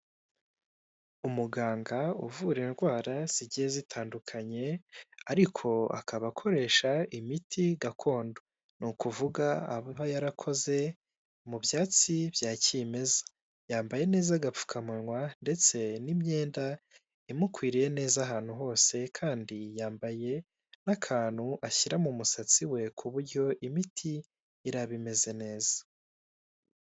Umuganga uvura indwara zigiye zitandukanye, ariko akaba akoresha imiti gakondo, ni ukuvuga aba yarakoze mu byatsi bya kimeza, yambaye neza agapfukamunwa ndetse n'imyenda imukwiriye neza ahantu hose kandi yambaye n'akantu ashyira mu musatsi we, ku buryo imiti iraba imeze neza.